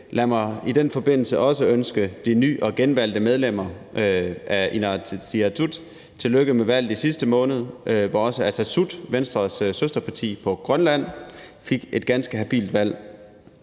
Lad mig i den forbindelse også ønske de nye og genvalgte medlemmer af Inatsisartut tillykke med valget i sidste måned, hvor også Atassut, Venstres søsterparti på Grønland, fik et ganske habilt valg.